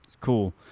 cool